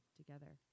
together